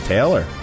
Taylor